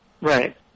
Right